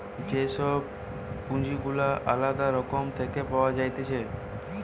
যে সব পুঁজি গুলা আলদা রকম থেকে পাওয়া যাইতেছে